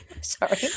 sorry